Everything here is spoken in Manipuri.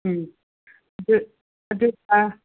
ꯎꯝ ꯑꯗꯨ ꯑꯗꯨꯒ